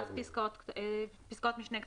ואז פסקאות משנה קטנות.